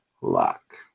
luck